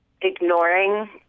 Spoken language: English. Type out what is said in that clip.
ignoring